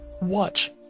watch